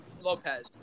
Lopez